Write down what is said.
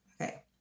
Okay